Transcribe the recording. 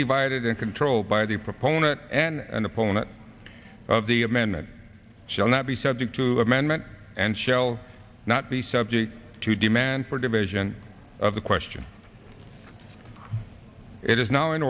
divided and controlled by the proponent and an opponent of the amendment shall not be subject to amendment and shall not be subject to demand for division of the question it is now in